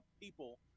people